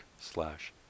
slash